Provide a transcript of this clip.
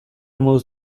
moduz